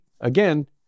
again